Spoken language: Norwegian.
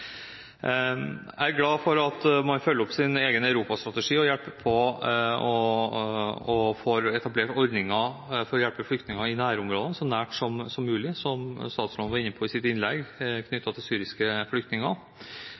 Jeg er glad for at man følger opp sin egen europastrategi og får etablert ordninger for å hjelpe flyktninger i nærområdene, så nært som mulig, som statsråden var inne på i sitt innlegg – knyttet til syriske flyktninger.